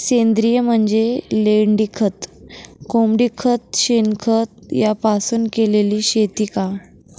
सेंद्रिय म्हणजे लेंडीखत, कोंबडीखत, शेणखत यापासून केलेली शेती का?